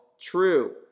true